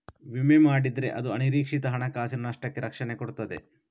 ವಿಮೆ ಮಾಡಿದ್ರೆ ಅದು ಅನಿರೀಕ್ಷಿತ ಹಣಕಾಸಿನ ನಷ್ಟಕ್ಕೆ ರಕ್ಷಣೆ ಕೊಡ್ತದೆ